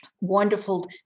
wonderful